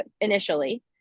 initially